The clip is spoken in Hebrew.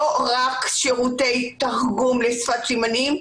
לא רק שירותי תרגום לשפת סימנים,